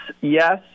Yes